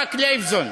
ח"כ לייבזון.